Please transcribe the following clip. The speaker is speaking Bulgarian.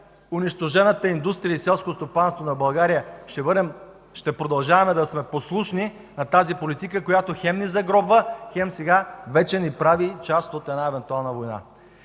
унищожената индустрия и селското стопанство на България – ще продължаваме да сме послушни на тази политика, която хем ни загробва, хем сега вече ни прави част от една евентуална война?